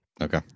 Okay